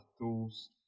tools